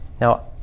Now